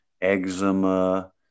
eczema